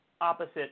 opposite